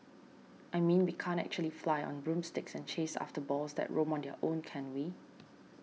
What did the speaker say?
I mean we can't actually fly on broomsticks and chase after balls that roam on their own can we